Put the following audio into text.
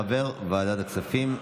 חבר ועדת הכספים,